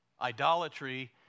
idolatry